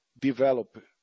develop